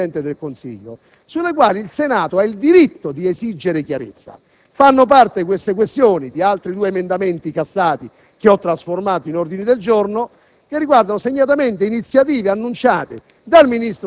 Si tratta di una questione di assoluta importanza sulla quale sarebbe bene fare chiarezza da parte del legislatore. Poi ci sono i problemi più eminentemente politici, non intervengo su quelli di carattere giuridico.